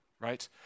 right